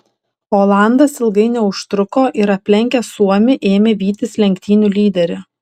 olandas ilgai neužtruko ir aplenkęs suomį ėmė vytis lenktynių lyderį